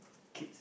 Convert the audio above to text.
kids